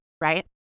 right